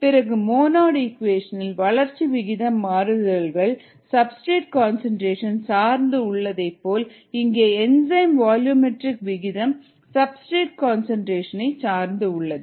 பிறகு Monod equation இல் வளர்ச்சி விகிதம் மாறுதல்கள் சப்ஸ்டிரேட் கான்சன்ட்ரேசன் சார்ந்து உள்ளதைப் போல் இங்கே என்சைம் வால்யூமெட்ரிக் விகிதம் சப்ஸ்டிரேட் கன்சன்ட்ரேஷன் சார்ந்து உள்ளது